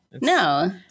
No